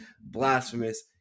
blasphemous